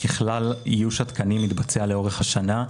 ככלל, איוש התקנים מתבצע לאורך השנה.